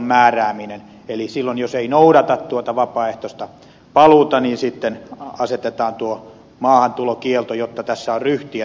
eli silloin jos ei noudata tuota vapaaehtoista paluuta asetetaan tuo maahantulokielto jotta tässä lainsäädännössä on ryhtiä